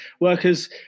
workers